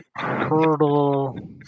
Turtle